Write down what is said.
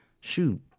shoot